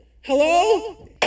Hello